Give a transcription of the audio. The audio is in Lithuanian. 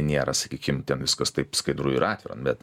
nėra sakykim ten viskas taip skaidru ir atvira bet